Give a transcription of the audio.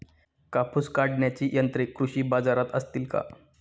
कापूस काढण्याची यंत्रे कृषी बाजारात असतील का?